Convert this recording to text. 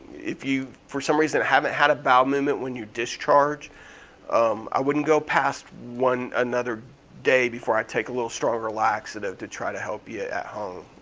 if you, for some reason, haven't had a bowel movement when you discharge um i wouldn't go past another day before i take a little stronger laxative to try to help you at home.